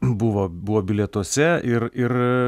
buvo buvo bilietuose ir ir